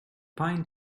pine